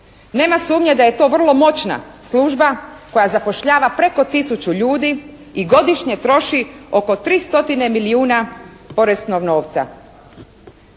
Nema sumnje da je to vrlo moćna služba koja zapošljava preko tisuću ljudi i godišnje troši oko 3 stotine milijuna poreznog novca.